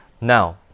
Now